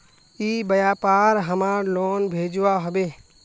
ई व्यापार हमार लोन भेजुआ हभे?